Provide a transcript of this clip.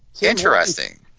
Interesting